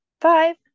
five